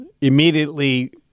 immediately